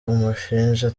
umushinja